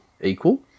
equal